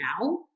now